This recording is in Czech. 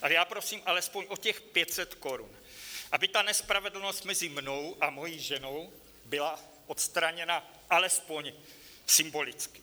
Ale já prosím alespoň o těch 500 korun, aby ta nespravedlnost mezi mnou a mojí ženou byla odstraněna alespoň symbolicky.